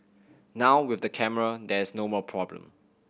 now with the camera there's no more problem